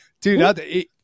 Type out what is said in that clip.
dude